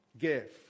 give